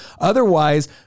Otherwise